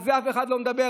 על זה אף אחד לא מדבר,